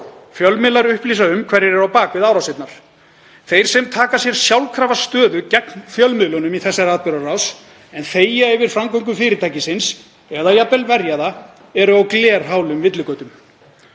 Fjölmiðlar upplýsa um hverjir eru á bak við árásirnar. Þeir sem taka sér sjálfkrafa stöðu gegn fjölmiðlunum í þessari atburðarás en þegja yfir framgöngu fyrirtækisins eða verja það jafnvel eru á glerhálum villigötum.